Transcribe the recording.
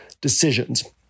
decisions